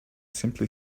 simply